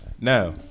Now